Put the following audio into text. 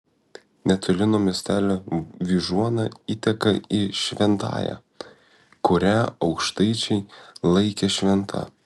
netoli nuo miestelio vyžuona įteka į šventąją kurią aukštaičiai laikė šventa